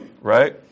Right